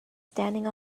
standing